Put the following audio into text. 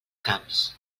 camps